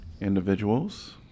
individuals